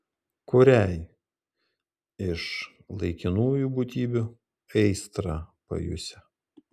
kuriai iš laikinųjų būtybių aistrą pajusi